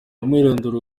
umwirondoro